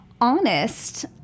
honest